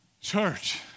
church